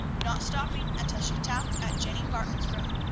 not stopping until she tapped at jenny barton's room.